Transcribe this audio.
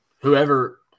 whoever